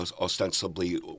ostensibly